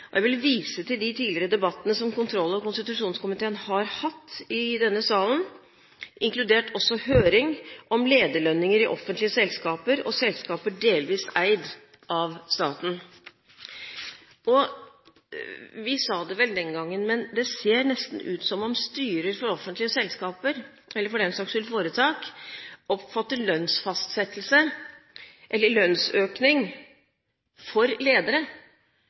og jeg vil vise til de tidligere debattene som kontroll- og konstitusjonskomiteen har hatt i denne salen, inkludert høring om lederlønninger i offentlige selskaper og selskaper delvis eid av staten. Vi sa det vel den gangen, men det ser nesten ut som om styrer for offentlige selskaper – eller for den saks skyld foretak – oppfatter lønnsøkning for ledere